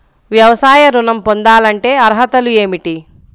వ్యవసాయ ఋణం పొందాలంటే అర్హతలు ఏమిటి?